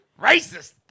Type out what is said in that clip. Racist